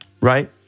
right